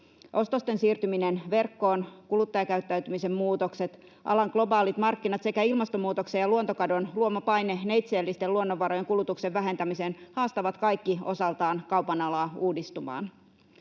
Ostosten siirtyminen verkkoon, kuluttajakäyttäytymisen muutokset, alan globaalit markkinat sekä ilmastonmuutoksen ja luontokadon luoma paine neitseellisten luonnonvarojen kulutuksen vähentämiseen haastavat kaikki osaltaan kaupan alaa uudistumaan.